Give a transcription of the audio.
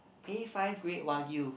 A five grade wagyu